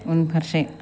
उनफारसे